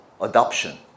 adoption